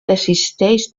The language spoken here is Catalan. desisteix